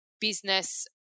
business